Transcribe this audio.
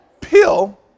pill